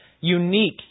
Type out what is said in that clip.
unique